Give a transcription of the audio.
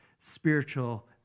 spiritual